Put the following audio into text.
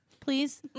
please